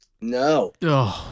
No